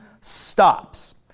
stops